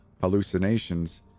hallucinations